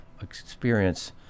experience